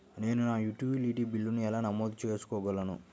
నేను నా యుటిలిటీ బిల్లులను ఎలా నమోదు చేసుకోగలను?